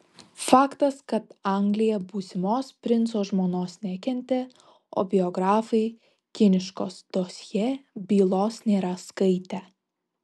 faktas kad anglija būsimos princo žmonos nekentė o biografai kiniškos dosjė bylos nėra skaitę